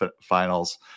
finals